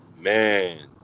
Man